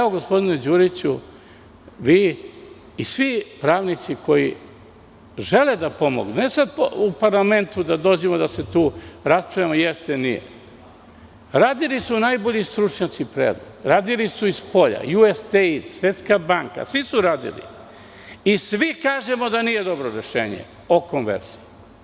Gospodine Đuriću, vi i svi pravnici koji žele da pomognu, ne samo u parlamentu da dođemo i da raspravljamo, jeste, nije, radili su najbolji stručnjaci, radili su i spolja, USAID, Svetska banka, svi su radili i svi kažemo da nije dobro rešenje o konverziji.